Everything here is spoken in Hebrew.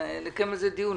נקיים על זה דיון.